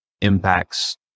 impacts